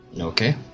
Okay